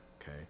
Okay